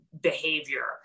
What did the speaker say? behavior